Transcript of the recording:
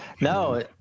No